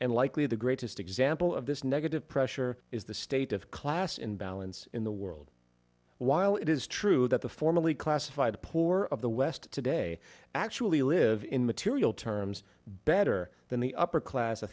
and likely the greatest example of this negative pressure is the state of class in balance in the world while it is true that the formally classified the poor of the west today actually live in material terms better than the upper class a